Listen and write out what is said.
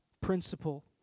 principle